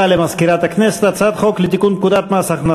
חברי הכנסת, 27